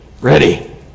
Ready